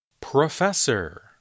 Professor